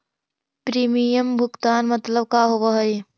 Premium भुगतान मतलब का होव हइ?